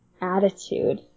attitude